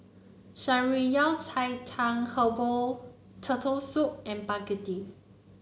Shan Rui Yao Cai Tang Herbal Turtle Soup and begedil